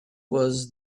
was